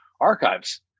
archives